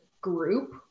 group